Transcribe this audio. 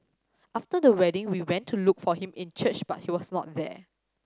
after the wedding we went to look for him in church but he was not there